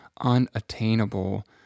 unattainable